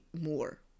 more